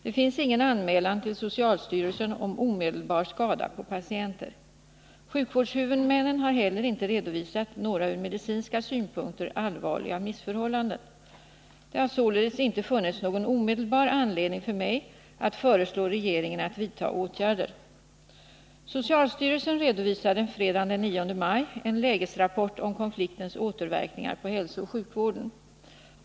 Det finns ingen anmälan till socialstyrelsen om omedelbar skada på patienter. Sjukvårdshuvudmännen har heller inte redovisat några ur medicinska synpunkter allvarliga missförhållanden. Det har således inte funnits någon omedelbar anledning för mig att föreslå regeringen att vidta åtgärder. Socialstyrelsen redovisade fredagen den 9 maj en lägesrapport om konfliktens återverkningar på hälsooch sjukvården.